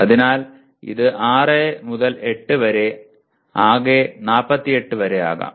അതിനാൽ ഇത് 6 മുതൽ 8 വരെ ആകെ 48 വരെ ആകാം